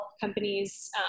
companies